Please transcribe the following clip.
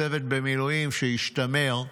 צוות במילואים שהשתמר,